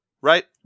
right